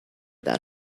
that